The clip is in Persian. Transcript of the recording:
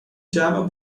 جمع